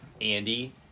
Andy